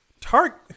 Target